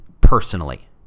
personally